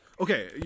Okay